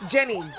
Jenny